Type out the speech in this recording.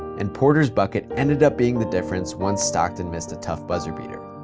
and porter's bucket ended up being the difference once stockton missed a tough buzzer beater.